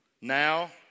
Now